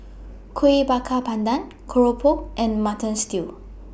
Kuih Bakar Pandan Keropok and Mutton Stew